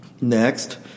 Next